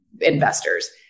investors